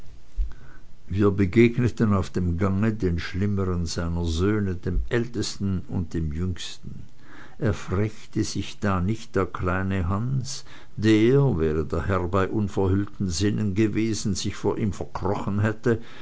wir begegneten auf dem gange den schlimmern seiner söhne dem ältesten und dem jüngsten erfrechte sich da nicht der kleine hans der wäre der herr bei unverhüllten sinnen gewesen sich vor ihm verkrochen hätte